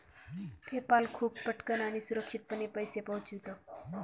PayPal खूप पटकन आणि सुरक्षितपणे पैसे पोहोचविते